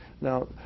Now